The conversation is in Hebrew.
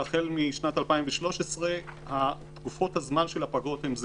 והחל משנת 2013 תקופות הזמן של הפגרות הן זהות.